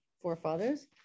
forefathers